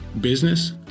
Business